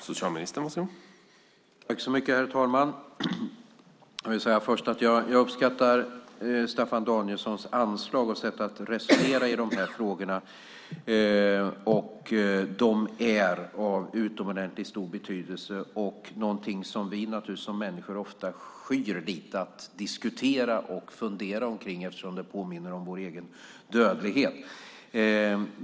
Herr talman! Jag vill först säga att jag uppskattar Staffan Danielssons anslag och sätt att resonera i de här frågorna. De är av utomordentligt stor betydelse och någonting som vi som människor ofta skyr lite att diskutera och fundera omkring eftersom de påminner om vår egen dödlighet.